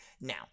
Now